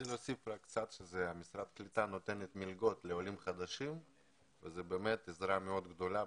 להוסיף שמשרד הקליטה נותן מלגות לעולים חדשים וזאת עזרה מאוד גדולה.